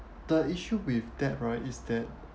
the issue with that right is that